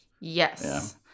Yes